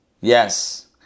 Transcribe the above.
Yes